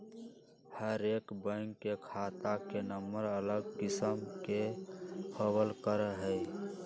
हर एक बैंक के खाता के नम्बर अलग किस्म के होबल करा हई